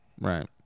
Right